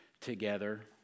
together